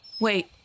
Wait